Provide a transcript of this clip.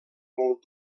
molt